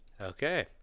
Okay